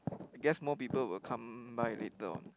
I guess more people will come by later on